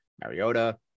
Mariota